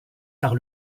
par